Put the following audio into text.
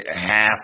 half